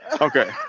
Okay